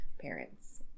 parents